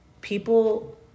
people